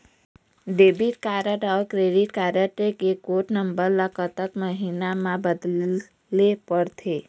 Debit card अऊ credit card के code number ला कतक महीना मा बदले पड़थे?